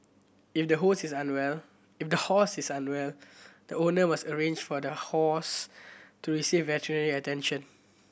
if the hose is unwell if the horse is unwell the owner must arrange for the horse to receive veterinary attention